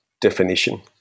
definition